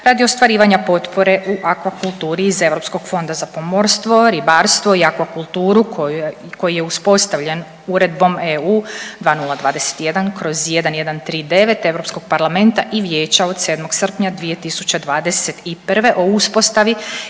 radi ostvarivanja potpore u aquakulturi iz Europskog fonda za pomorstvo, ribarstvo i aquakulturu koji je uspostavljen uredbom EU 2021/1139 Europskog parlamenta i Vijeća od 7. srpnja 2021. o uspostavi